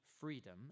freedom